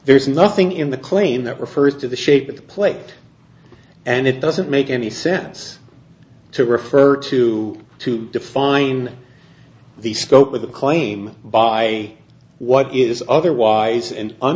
there's nothing in the claim that refers to the shape of the plate and it doesn't make any sense to refer to to define the scope of the claim by what is otherwise